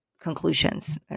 conclusions